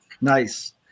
Nice